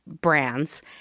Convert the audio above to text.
brands